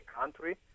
country